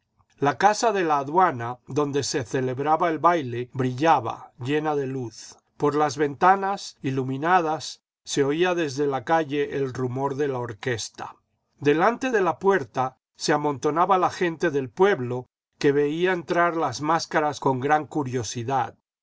la casa de la aduana donde se celebraba el baile brillaba llena de luz por las ventanas iluminadas se oía desde la calle el rumor de la orquesta delante de la puerta se amontonaba la gente del pueblo que veía entrar las máscaras con gran curiosidad